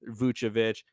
Vucevic